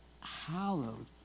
hallowed